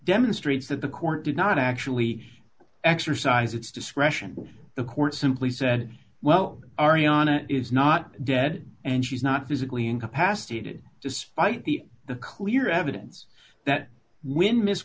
demonstrates that the court did not actually exercise its discretion when the court simply said well ariana is not dead and she's not physically incapacitated despite the the clear evidence that when m